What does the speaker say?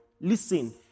Listen